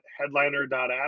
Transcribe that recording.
headliner.app